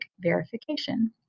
verification